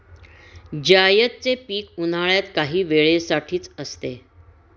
जायदचे पीक उन्हाळ्यात काही वेळे साठीच असते